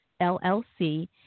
LLC